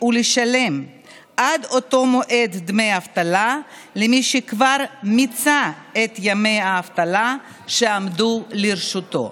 ולשלם עד אותו מועד דמי אבטלה למי שכבר מיצה את ימי האבטלה שעמדו לרשותו.